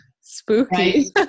Spooky